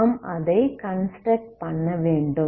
நாம் அதை கன்ஸ்ட்ரக்ட் பண்ணவேண்டும்